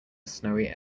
snowy